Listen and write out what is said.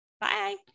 Bye